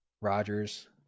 Rodgers